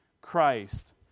Christ